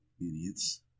Idiots